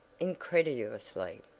incredulously.